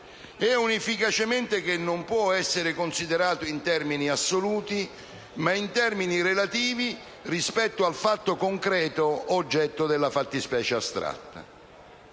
il relatore, non può essere considerato in termini assoluti, ma in termini relativi, rispetto al fatto concreto oggetto della fattispecie astratta.